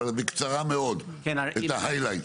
אבל בקצרה מאוד את ההיילייט.